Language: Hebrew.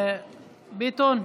חבר הכנסת ביטון,